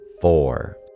four